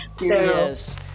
Yes